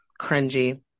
cringy